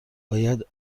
باید